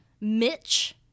Mitch